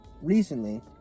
recently